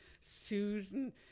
Susan